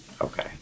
Okay